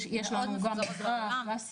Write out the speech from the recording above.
יש לנו גם --- באסיה.